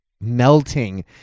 melting